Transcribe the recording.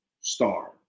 Star